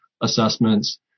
assessments